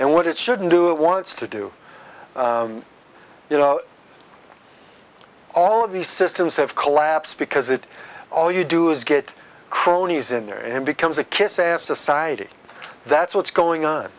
and what it shouldn't do it wants to do you know all of these systems have collapse because it all you do is get cronies in there and becomes a kiss ass society that's what's going on